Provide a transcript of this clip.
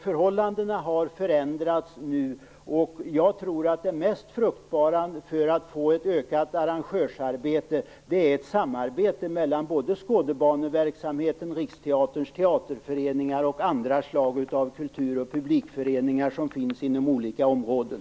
Förhållandena har förändrats. Jag tror att det mest fruktbara för att få ett ökat arrangörsarbete är ett samarbete mellan Skådebaneverksamheten, Riksteaterns teaterföreningar och andra slag av kultur och publikföreningar som finns inom olika områden.